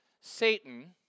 Satan